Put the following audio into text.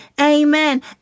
amen